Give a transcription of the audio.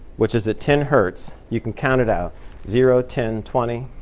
which is at ten hertz you can count it out zero, ten, twenty,